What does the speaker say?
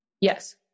Yes